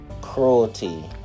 ...cruelty